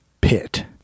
pit